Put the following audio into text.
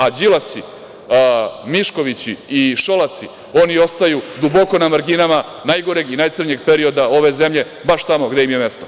A Đilasi, Miškovići i Šolaci oni ostaju duboko na marginama najgoreg i najcrnjeg perioda ove zemlje baš tamo gde im je i mesto.